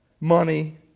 money